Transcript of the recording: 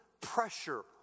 pressure